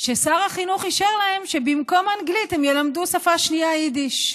ששר החינוך אישר להם שבמקום אנגלית הם ילמדו שפה שנייה יידיש,